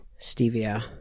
stevia